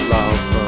love